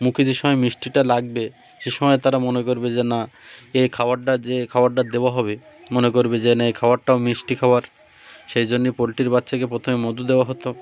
মুখে যে সময় মিষ্টিটা লাগবে সে সময় তারা মনে করবে যে না এই খাবারটা যে খাবারটা দেওয়া হবে মনে করবে যে না এই খাবারটাও মিষ্টি খাাবার সেই জন্যে পোলট্রির বাচ্চাকে প্রথমে মধু দেওয়া হতো